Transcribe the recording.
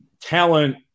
talent –